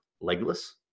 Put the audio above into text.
legless